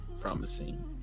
promising